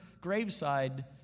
graveside